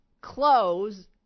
close